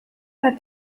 hat